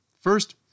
First